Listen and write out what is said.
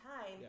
time